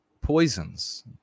poisons